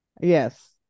Yes